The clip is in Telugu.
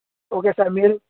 ఓకే సార్ మీరు